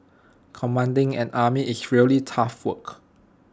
commanding an army is really tough work